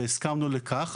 והסכמנו לכך,